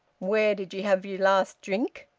where did ye have yer last drink?